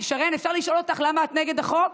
שרן, אפשר לשאול אותך למה את נגד החוק?